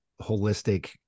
holistic